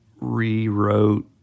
rewrote